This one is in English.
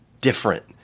different